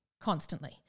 constantly